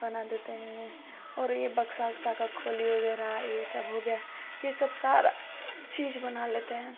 बना देते हैं और यह बक्सा ओक्सा का खोली वगैरा ये सब हो गया ये सब सारा चीज बना लेते हैं